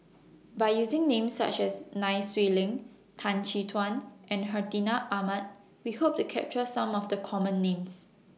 By using Names such as Nai Swee Leng Tan Chin Tuan and Hartinah Ahmad We Hope to capture Some of The Common Names